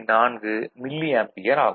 4 milli ampere ஆகும்